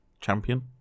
champion